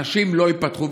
אנשים לא יפתחו.